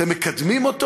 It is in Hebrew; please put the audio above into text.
אתם מקדמים אותו?